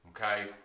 Okay